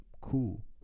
cool